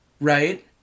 right